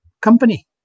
company